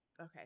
Okay